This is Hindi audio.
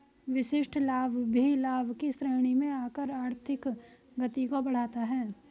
विशिष्ट लाभ भी लाभ की श्रेणी में आकर आर्थिक गति को बढ़ाता है